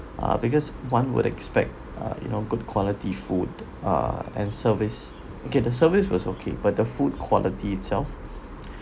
uh because one would expect uh you know good quality food uh and service okay the service was okay but the food quality itself